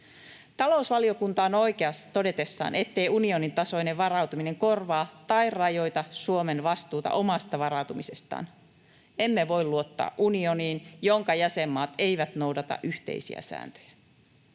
Talousvaliokunta on oikeassa todetessaan, ettei unionin tasoinen varautuminen korvaa tai rajoita Suomen vastuuta omasta varautumisestaan. Emme voi luottaa unioniin, jonka jäsenmaat eivät noudata yhteisiä sääntöjä.